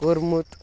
کوٚرمُت